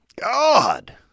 God